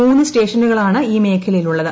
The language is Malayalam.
മൂന്നു സ്റ്റേഷനുകളാണ് ഈ മേഖലയിൽ ഉള്ളത്